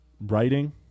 writing